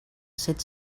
set